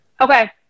Okay